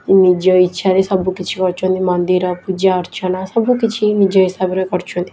ନିଜ ଇଚ୍ଛାରେ ସବୁକିଛି କରୁଛନ୍ତି ମନ୍ଦିର ପୂଜା ଅର୍ଚ୍ଚନା ସବୁ କିଛି ନିଜ ହିସାବରେ କରୁଛନ୍ତି